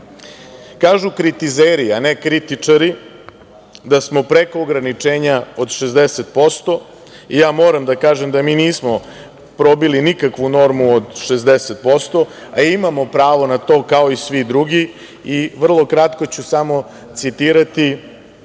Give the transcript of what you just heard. kritizeri, a ne kritičari, da smo preko ograničenja od 60% i ja moram da kažem da mi nismo probili nikakvu normu od 60%, a imamo pravo na to kao i svi drugi i vrlo kratko ću samo citirati